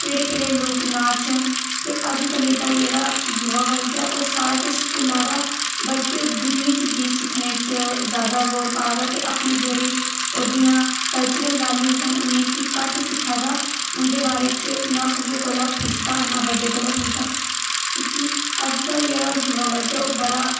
केह्ड़े केह्ड़े लोक नाच न ते अज्ज कलै दा जेह्ड़ा युवा वर्ग ऐ ओह् सारा किश भु'ल्ला दा बल्कि ओह् दूइयें चीजें ई सिक्खने च जादै जोर पा दा ते अपनी जेह्ड़ी ओह्दियां कल्चरल वैल्यूज न उ'नें ई घट्ट सिक्खा दा उ'न्दे बारे च ना कुसै कोला पुच्छदा ना बड्डे कोला पुच्छदा की के अज्ज दा जेह्ड़ा युवा वर्ग ऐ ओह् बड़ा